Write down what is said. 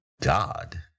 God